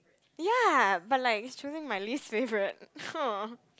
ya but like it's really my least favourite